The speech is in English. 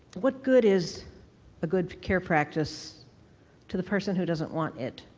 what good is a good care practice to the person who doesn't want it?